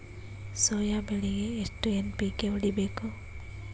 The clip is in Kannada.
ಸೊಯಾ ಬೆಳಿಗಿ ಎಷ್ಟು ಎನ್.ಪಿ.ಕೆ ಹೊಡಿಬೇಕು?